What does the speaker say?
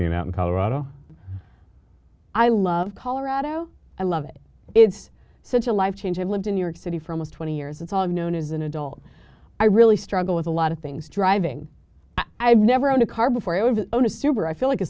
being out in colorado i love colorado i love it it's such a life change i've lived in new york city for almost twenty years it's all i've known as an adult i really struggle with a lot of things driving i've never owned a car before it was known as super i feel like a